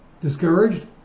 Discouraged